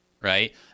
right